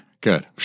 Good